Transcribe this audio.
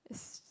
it's